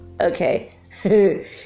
Okay